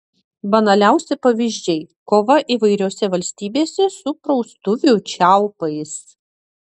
banaliausi pavyzdžiai kova įvairiose valstybėse su praustuvių čiaupais